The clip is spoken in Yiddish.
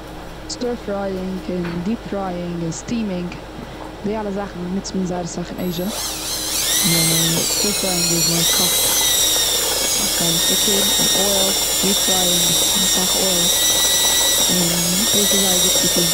סטיר פרייאינג, און דיעפ פרייאינג, און סטיעמינג, די אלע זאכן נוצט מען זייער אסאך און אזיע. מ'- סטיר פרייאינג איז מ'קאכט אסאך קליינע שטיקער און אויל. דיעפ פרייאינג איז אסאך אויל, און דאס איז זייער גוט צו טון.